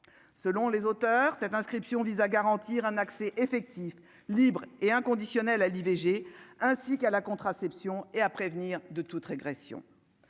selon les auteurs, cette inscription vise à garantir un accès effectif libre et inconditionnel à l'IVG, ainsi qu'à la contraception et à prévenir de toute régression